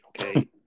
Okay